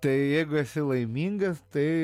tai jeigu esi laimingas tai